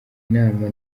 inama